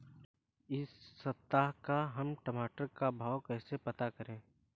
इस सप्ताह का हम टमाटर का भाव कैसे पता करें?